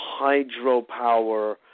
hydropower